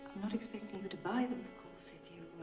not expecting you to buy them, of course, if you,